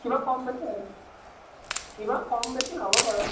কিবা কম বেছি কিবা কম বেছি হ'ব বাৰু